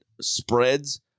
spreads